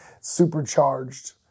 supercharged